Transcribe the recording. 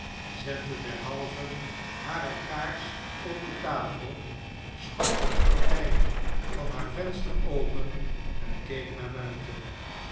zette derhalve hare kaars op de tafel schoof het gordijn van haar venster open en keek naar buiten